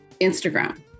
instagram